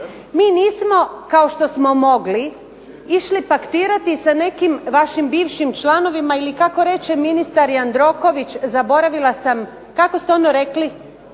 Mi nismo kao što smo mogli išli paktirati sa nekim vašim bivšim članovima ili kako reče ministar Jandroković zaboravila sam, kako ste ono rekli?